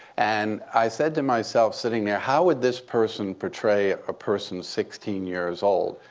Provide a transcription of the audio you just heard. and i said to myself sitting there, how would this person portray a person sixteen years old?